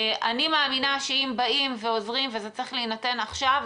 אני מאמינה שאם באים ועוזרים וזה צריך להינתן עכשיו,